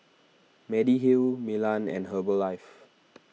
Mediheal Milan and Herbalife